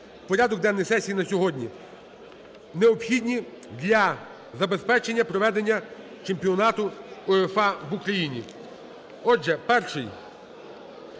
порядок денний сесії на сьогодні, необхідні для забезпечення проведення Чемпіонату УЄФА в Україні.